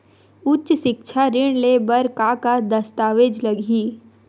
उच्च सिक्छा ऋण ले बर का का दस्तावेज लगही?